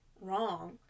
wrong